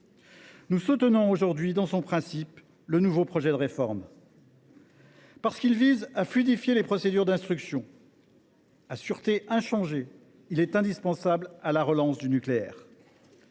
Nous soutenons aujourd’hui, dans son principe, le nouveau projet de réforme. Parce qu’il vise à fluidifier les procédures d’instruction, à sûreté inchangée, il est indispensable à la relance du nucléaire.